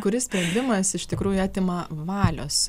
kuris sprendimas iš tikrųjų atima valios